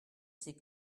c’est